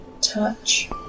touch